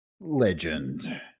legend